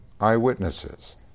eyewitnesses